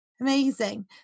Amazing